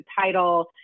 title